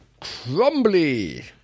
crumbly